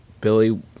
Billy